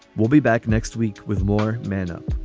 we'll be back next week with more men up